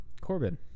Corbin